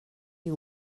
you